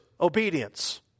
obedience